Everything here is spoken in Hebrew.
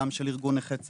גם של ארגון נכי צה"ל,